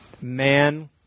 Man